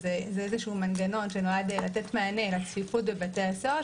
זה איזשהו מנגנון שנועד לתת מענה לצפיפות שקיימת בבתי הסוהר,